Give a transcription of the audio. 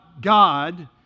God